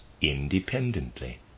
independently